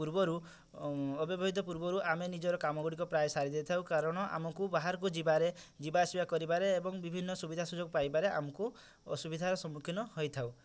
ପୂର୍ବରୁ ଅବିବାହିତ ପୂର୍ବରୁ ଆମେ ନିଜର କାମଗୁଡ଼ିକ ପ୍ରାୟ ସାରି ଦେଇଥାଉ କାରଣ ଆମକୁ ବାହାରକୁ ଯିବାରେ ଯିବା ଆସିବା କରିବାରେ ଏବଂ ବିଭିନ୍ନ ସୁବିଧା ସୁଯୋଗ ପାଇବାରେ ଆମକୁ ଅସୁବିଧାର ସମ୍ମୁଖୀନ ହୋଇଥାଉ